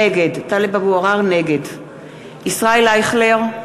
נגד ישראל אייכלר,